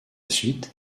suite